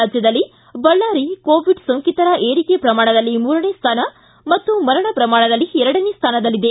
ರಾಜ್ಯದಲ್ಲಿ ಬಳ್ಳಾರಿ ಕೋವಿಡ್ ಸೋಂಕಿತರ ಏರಿಕೆ ಪ್ರಮಾಣದಲ್ಲಿ ಮೂರನೇ ಸ್ಥಾನ ಮತ್ತು ಮರಣ ಪ್ರಮಾಣದಲ್ಲಿ ಎರಡನೇ ಸ್ಥಾನದಲ್ಲಿದೆ